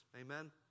amen